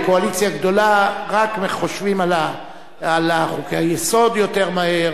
בקואליציה גדולה רק חושבים על חוקי-היסוד יותר מהר.